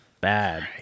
bad